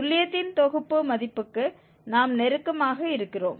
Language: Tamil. துல்லியத்தின் தொகுப்பு மதிப்புக்கு நாம் நெருக்கமாக இருக்கிறோம்